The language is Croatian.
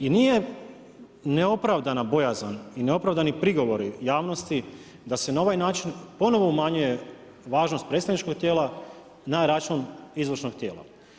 I nije neopravdana bojazan i neopravdani prigovori javnosti da se na ovaj način ponovno umanjuje važnost predstavničkog tijela na račun izvršnog tijela.